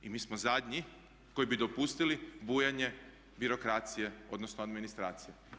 I mi smo zadnji koji bi dopustili bujanje birokracije, odnosno administracije.